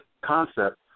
concept